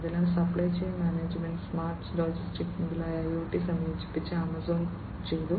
അതിനാൽ supply chain management smart logistics മുതലായവ IoT സംയോജിപ്പിച്ച് ആമസോൺ ചെയ്തു